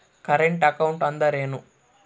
Current account ಅಂದರೇನು?